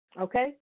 Okay